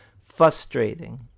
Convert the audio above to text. frustrating